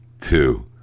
two